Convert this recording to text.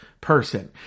person